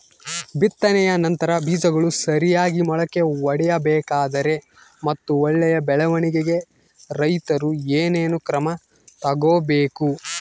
ಬಿತ್ತನೆಯ ನಂತರ ಬೇಜಗಳು ಸರಿಯಾಗಿ ಮೊಳಕೆ ಒಡಿಬೇಕಾದರೆ ಮತ್ತು ಒಳ್ಳೆಯ ಬೆಳವಣಿಗೆಗೆ ರೈತರು ಏನೇನು ಕ್ರಮ ತಗೋಬೇಕು?